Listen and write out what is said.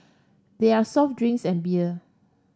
there are soft drinks and beer